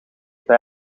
bij